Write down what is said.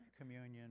communion